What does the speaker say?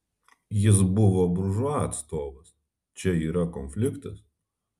jis buvo buržua atstovas čia yra konfliktas